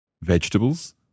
Vegetables